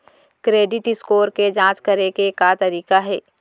Credit score के जाँच करे के का तरीका हे?